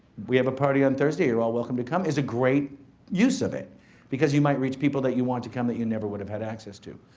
we have a party on thursday and you're all welcome to come, is a great use of it because you might reach people that you want to come that you never would have had access to.